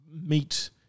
meet